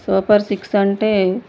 super six అంటే